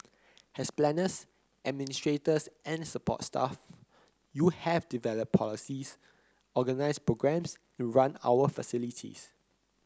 as planners administrators and support staff you have developed policies organised programmes and run our facilities